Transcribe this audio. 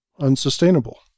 unsustainable